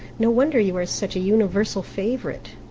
no wonder you are such a universal favourite.